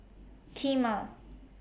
Kheema